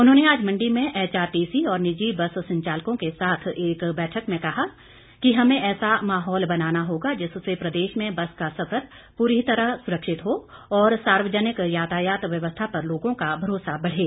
उन्होंने आज मंडी में एचआरटीसी और निजी बस संचालकों के साथ एक बैठक में कहा कि हमें ऐसा माहौल बनाना होगा जिससे प्रदेश में बस का सफर पूरी तरह सुरक्षित हो और सार्वजनिक यातायात व्यवस्था पर लोगों का भरोसा बढ़े